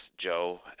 Joe